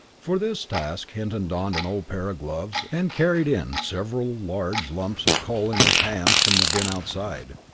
for this task hinton donned an old pair of gloves and carried in several large lumps of coal in his hands from the bin outside.